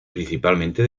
principalmente